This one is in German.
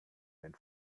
den